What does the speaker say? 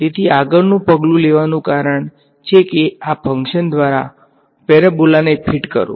તેથી આગળનું પગલું લેવાનું કારણ છે કે આ ફંક્શન દ્વારા પરબોલાને ફિટ કરો